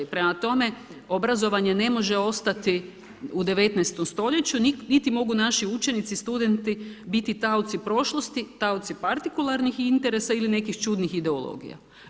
Prema tome, obrazovanje ne može ostati u 19. stoljeću, niti mogu naši učenici, studenti biti taoci prošlosti, taoci partikularnih interesa ili nekih čudnih ideologija.